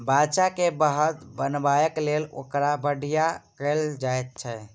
बाछा के बड़द बनयबाक लेल ओकर बधिया कयल जाइत छै